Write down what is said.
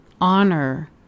honor